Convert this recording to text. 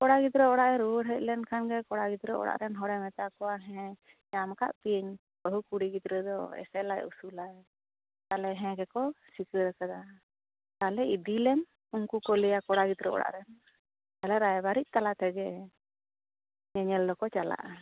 ᱠᱚᱲᱟ ᱜᱤᱫᱽᱨᱟᱹ ᱚᱲᱟᱜ ᱮ ᱨᱩᱭᱟᱹᱲ ᱦᱮᱡ ᱞᱮᱱ ᱠᱷᱟᱱ ᱜᱮ ᱠᱚᱲᱟ ᱜᱤᱫᱽᱨᱟᱹ ᱚᱲᱟᱜ ᱨᱮᱱ ᱦᱚᱲᱮ ᱢᱮᱛᱟ ᱠᱚᱣᱟ ᱦᱮᱸ ᱧᱟᱢ ᱟᱠᱟᱫ ᱯᱤᱭᱟᱹᱧ ᱵᱟᱦᱩ ᱠᱩᱲᱤ ᱜᱤᱫᱽᱨᱟᱹ ᱫᱚ ᱮᱥᱮᱞᱟᱭ ᱩᱥᱩᱞᱟᱭ ᱛᱟᱦᱚᱞᱮ ᱦᱮᱸ ᱜᱮᱠᱚ ᱥᱤᱠᱟᱹᱨ ᱟᱠᱟᱫᱟ ᱛᱟᱦᱚᱞᱮ ᱤᱫᱤ ᱞᱮᱢ ᱩᱱᱠᱩ ᱠᱚ ᱞᱟᱹᱭᱟ ᱠᱚᱲᱟ ᱜᱤᱫᱽᱨᱟᱹ ᱚᱲᱟᱜ ᱨᱮᱱ ᱛᱟᱦᱚᱞᱮ ᱨᱟᱭᱵᱟᱨᱤᱡ ᱛᱟᱞᱟᱛᱮᱜᱮ ᱧᱮ ᱧᱮᱞ ᱫᱚᱠᱚ ᱪᱟᱞᱟᱜᱼᱟ